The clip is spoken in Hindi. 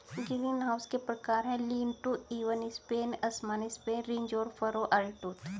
ग्रीनहाउस के प्रकार है, लीन टू, इवन स्पेन, असमान स्पेन, रिज और फरो, आरीटूथ